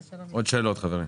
עוד שאלות, חברים.